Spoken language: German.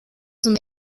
zum